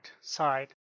side